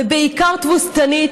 ובעיקר תבוסתנית,